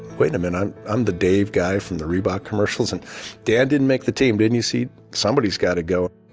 wait a minute, i'm um the dave guy from the reebok commercials. and dan didn't make the team. didn't you see? somebody's got to go.